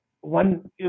one